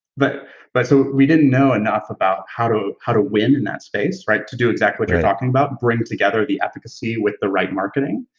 but but so, we didn't know enough about how to how to win in that space to do exactly what you're talking about, bring together the efficacy with the right marketing,